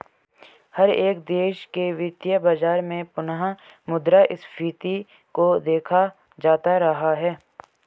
हर एक देश के वित्तीय बाजार में पुनः मुद्रा स्फीती को देखा जाता रहा है